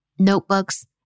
notebooks